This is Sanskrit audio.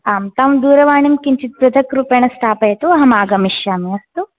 आं तां दूरवाणीं किञ्चित् पृथक् रूपेण स्थापयतु अहमागमिष्यामि अस्तु